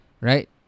Right